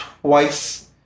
twice